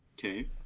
Okay